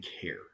care